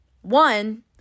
one